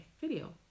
video